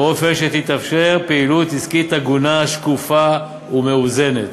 באופן שתתאפשר פעילות עסקית הגונה, שקופה ומאוזנת.